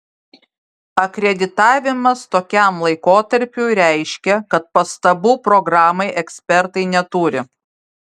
akreditavimas tokiam laikotarpiui reiškia kad pastabų programai ekspertai neturi